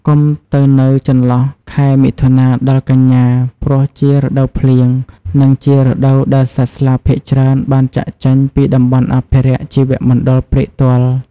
កុំទៅនៅចន្លោះខែមិថុនាដល់កញ្ញា ព្រោះជារដូវភ្លៀង និងជារដូវដែលសត្វស្លាបភាគច្រើនបានចាកចេញពីតំបន់អភិរក្សជីវមណ្ឌលព្រែកទាល់។